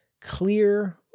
clear